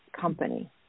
company